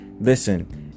Listen